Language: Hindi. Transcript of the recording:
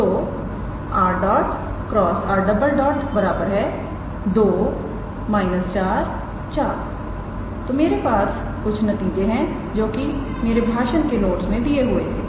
तो𝑟̇ × 𝑟̈ 2 −44 तो मेरे पास नतीजे है जो कि मेरे भाषण के नोट्स में दिए हुए थे